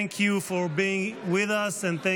Thank you for being with us and thank